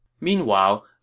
Meanwhile